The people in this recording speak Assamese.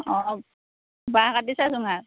অঁ বাঁহ কাটিছা চুঙাৰ